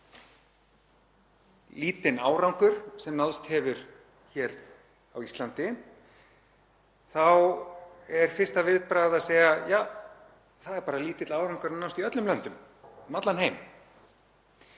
lítinn árangur sem náðst hefur á Íslandi þá er fyrsta viðbragð að segja: Það er bara lítill árangur að nást í öllum löndum, um allan heim.